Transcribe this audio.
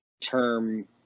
term